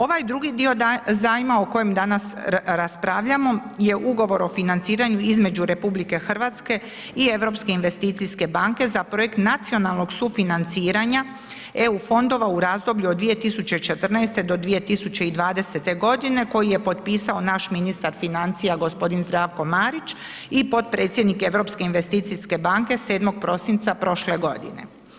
Ovaj drugi dio zajma o kojem danas raspravljamo je ugovor o financiranju između RH i Europske investicijske banke za projekt nacionalnog sufinanciranja eu fondova u razdoblju od 2014. do 2020. godine koji je potpisao naš ministar financija gospodin Zdravko Marić i potpredsjednik Europske investicijske banke 7. prosinca prošle godine.